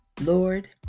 Lord